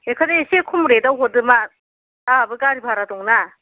बेखौनो एसे खम रेट आव हरदो मा आंहाबो गारि भारहा दं ना